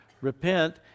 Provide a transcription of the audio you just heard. repent